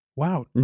Wow